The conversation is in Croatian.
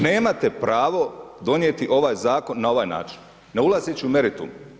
Nemate pravo donijeti ovaj Zakon na ovaj način, ne ulazeći u meritum.